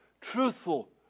truthful